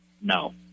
No